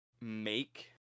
Make